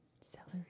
Celery